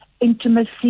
intimacy